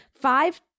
five